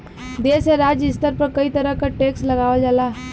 देश या राज्य स्तर पर कई तरह क टैक्स लगावल जाला